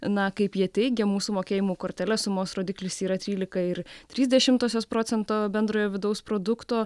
na kaip jie teigia mūsų mokėjimų kortele sumos rodiklis yra trylika ir trys dešimtosios procento bendrojo vidaus produkto